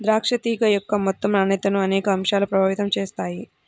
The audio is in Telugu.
ద్రాక్ష తీగ యొక్క మొత్తం నాణ్యతను అనేక అంశాలు ప్రభావితం చేస్తాయి